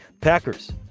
Packers